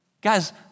Guys